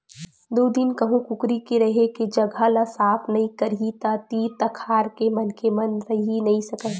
दू दिन कहूँ कुकरी के रेहे के जघा ल साफ नइ करही त तीर तखार के मनखे मन रहि नइ सकय